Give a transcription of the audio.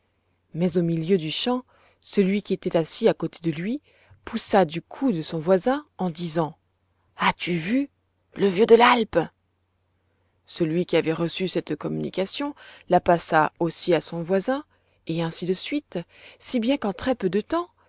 mais au milieu du chant celui qui était assis à côté de lui poussa du coude son voisin en disant as-tu vu le vieux de l'alpe celui qui avait reçu cette communication la passa aussi à son voisin et ainsi de suite si bien qu'en très-peu de temps